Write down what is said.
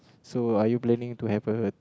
so are you planning to have a